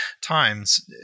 times